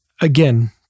again